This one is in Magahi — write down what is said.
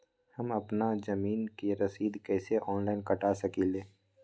हम अपना जमीन के रसीद कईसे ऑनलाइन कटा सकिले?